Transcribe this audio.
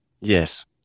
Yes